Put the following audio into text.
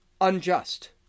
unjust